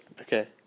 Okay